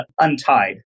untied